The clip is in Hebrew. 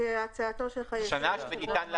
כהצעתו של --- שנה שניתן להאריך?